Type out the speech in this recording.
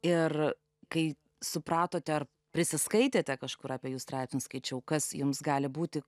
ir kai supratote ar prisiskaitėte kažkur apie jus tratinti skaičiau kas jums gali būti